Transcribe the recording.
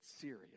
serious